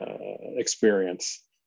experience